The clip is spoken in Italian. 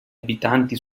abitanti